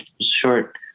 short